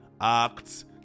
Acts